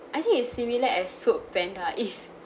I think is similar as foodpanda if